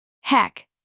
Heck